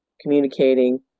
communicating